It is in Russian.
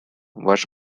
ваше